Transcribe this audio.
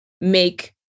make